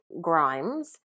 Grimes